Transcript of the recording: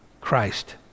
Christ